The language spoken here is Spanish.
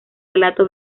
relato